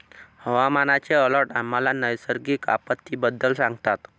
हवामानाचे अलर्ट आम्हाला नैसर्गिक आपत्तींबद्दल सांगतात